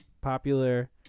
popular